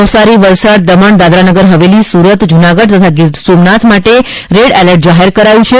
નવસારી વલસાડ દમણ દાદરાનગર હવેલી સુરત જૂનાગઢ તથા ગીર સોમનાથ માટે red alert જાહેર કરાયું છે